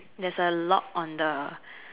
that's a lock on the